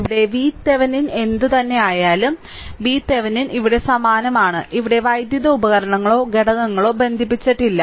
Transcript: ഇവിടെ VThevenin എന്തുതന്നെയായാലും VThevenin ഇവിടെ സമാനമാണ് ഇവിടെ വൈദ്യുത ഉപകരണങ്ങളോ ഘടകങ്ങളോ ബന്ധിപ്പിച്ചിട്ടില്ല